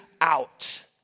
out